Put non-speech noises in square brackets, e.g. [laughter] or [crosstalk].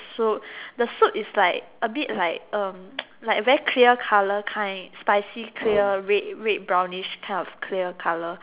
the soup the soup is like a bit like um [noise] like very clear colour kind spicy clear red red brownish kind of clear colour